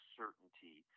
certainty